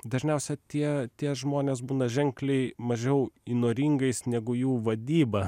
dažniausia tie tie žmonės būna ženkliai mažiau įnoringais negu jų vadyba